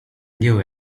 new